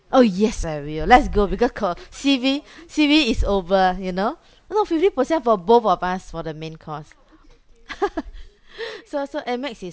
oh yes I will let's go because co~ C_B C_B is over you know a lot of fifty percent for both of us for the main course so so amex is